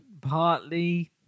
Partly